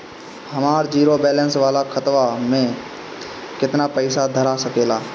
हमार zero balance वाला खतवा म केतना पईसा धरा सकेला?